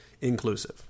inclusive